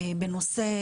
בנושא